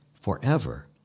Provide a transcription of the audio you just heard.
forever